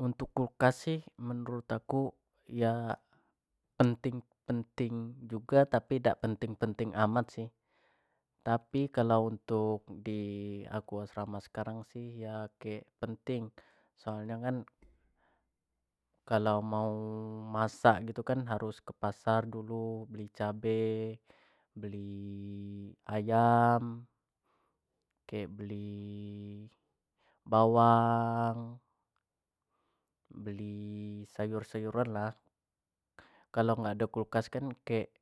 Untuk kulkas sih menurut aku ya penting-penting juga tapi dak penting-penting amat sih tapi, kalau untuk aku asrama sekarang sih ya kek penting soalnyo kan kalau mau masak gitu kan harus ke pasar dulu be-i cabe, beli ayam, kek beli bawang, beli sayur sayuran lah, kalau dak ado kulkas tu kayak